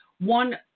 One